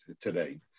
today